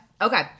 Okay